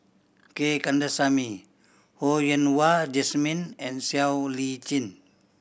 G Kandasamy Ho Yen Wah Jesmine and Siow Lee Chin